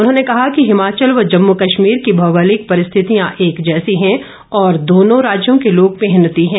उन्होंने कहा कि हिमाचल व जम्मू कश्मीर की भौगोलिक परिस्थितियां एक जैसी हैं और दोनों राज्यों के लोग मेहनती हैं